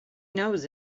knows